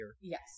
Yes